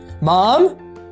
Mom